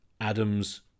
Adams